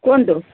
କୁହନ୍ତୁ